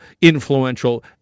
influential